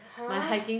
!huh!